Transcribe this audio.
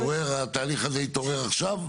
התהליך הזה התעורר עכשיו?